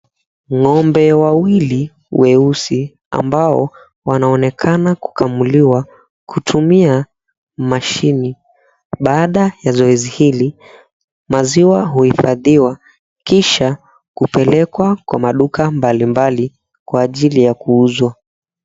Ng'ombe wawili weusi ambao wanaonekana kukamuliwa kutumia mashini, baada ya zoezi hili maziwa huhifadhiwa, kisha kupelekwa kwa maduka mbali mbali kwa ajili ya kuuzwa.